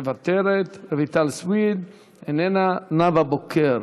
מוותרת, רויטל סויד, איננה, נאוה בוקר,